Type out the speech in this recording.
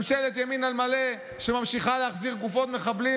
ממשלת ימין על מלא שממשיכה להחזיר גופות מחבלים